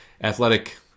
athletic